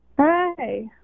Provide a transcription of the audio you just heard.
hi